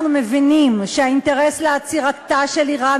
אנחנו מבינים שהאינטרס של עצירת איראן